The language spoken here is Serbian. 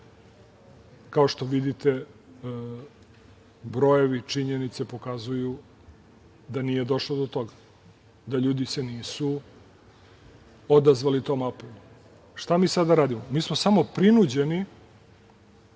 Kao što vidite, brojevi, činjenice pokazuju da nije došlo do toga, da se ljudi nisu odazvali tom apelu. Šta mi sada radimo? Mi smo samo prinuđeni,